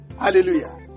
Hallelujah